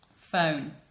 phone